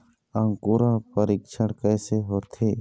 अंकुरण परीक्षण कैसे होथे?